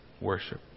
worship